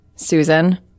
Susan